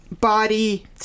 body